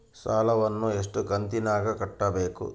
ಸಾಲವನ್ನ ಎಷ್ಟು ಕಂತಿನಾಗ ಕಟ್ಟಬೇಕು?